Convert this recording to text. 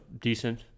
decent